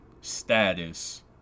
status